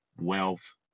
wealth